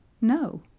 No